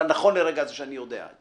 נכון לרגע זה שאני יודע שמפעילה את זה,